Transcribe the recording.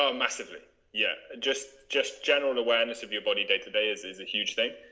ah massively yeah, just just general awareness of your body day to day is is a huge thing